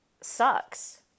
sucks